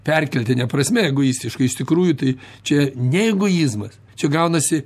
perkeltine prasme egoistiškai iš tikrųjų tai čia ne egoizmas čia gaunasi